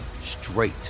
straight